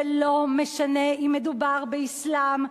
ולא משנה אם מדובר באסלאם,